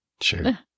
Sure